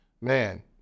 man